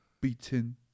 beaten